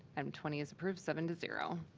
um twenty is approved, seven to zero.